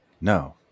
no